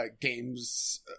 games